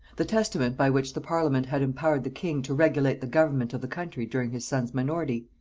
the testament by which the parliament had empowered the king to regulate the government of the country during his son's minority,